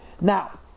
Now